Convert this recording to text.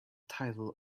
title